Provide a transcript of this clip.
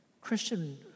Christian